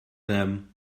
them